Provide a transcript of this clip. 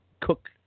cook